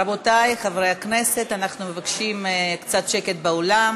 רבותי חברי הכנסת, אנחנו מבקשים קצת שקט באולם.